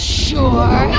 sure